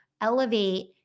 elevate